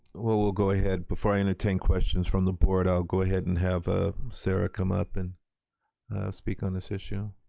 well, we'll go ahead, before i entertain questions from the board, i'll ah go ahead and have ah sarah come up and speak on this issue.